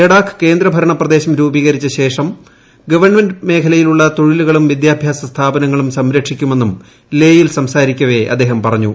ലഡാക്ക് കേന്ദ്ര ഭരണ പ്രദേശം രൂപീകരിച്ച ശേഷം ഗവൺമെന്റ് മേഖലയിലുള്ള തൊഴിലുകളും വിദ്യാഭ്യാസ സ്ഥാപനങ്ങളും സംരക്ഷിക്കുമെന്നും ലെ യിൽ സംസാരിക്കവെ അദ്ദേഹം പറഞ്ഞു